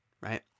right